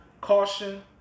caution